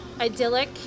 idyllic